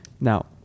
Now